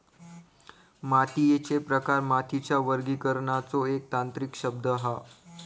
मातीयेचे प्रकार मातीच्या वर्गीकरणाचो एक तांत्रिक शब्द हा